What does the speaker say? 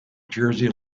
jersey